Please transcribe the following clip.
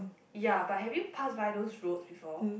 ya but have you passed by those roads before